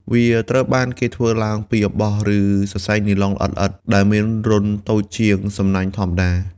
វាត្រូវបានគេធ្វើឡើងពីអំបោះ ឬសរសៃនីឡុងល្អិតៗ ដែលមានរន្ធតូចជាងសំណាញ់ធម្មតា។